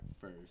first